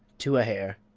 to a hair.